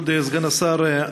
כבוד סגן השר,